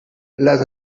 les